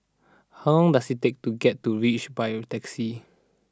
how long does it take to get to reach by taxi